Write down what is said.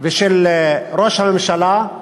ושל ראש הממשלה,